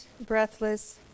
breathless